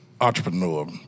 entrepreneur